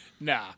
Nah